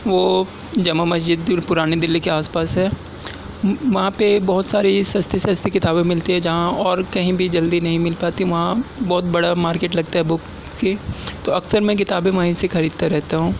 وہ جامع مسجد پرانی دِلی کے آس پاس ہے وہاں پہ بہت ساری سستی سستی کتابیں ملتی ہیں جہاں اور کہیں بھی جلد نہیں مِل پاتی وہاں بہت بڑا مارکیٹ لگتا ہے بُکس کی تو اکثر میں کتابیں وہیں سے خریدتا رہتا ہوں